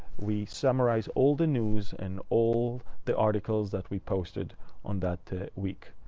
we summarize all the news and all the articles that we posted on that week.